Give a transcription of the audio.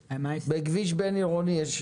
בכביש בין עירוני יש?